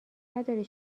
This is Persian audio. نداری